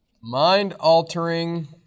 mind-altering